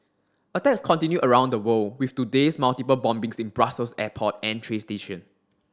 attacks continue around the world with today's multiple bombings in Brussels airport and train station